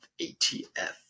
ATF